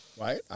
Right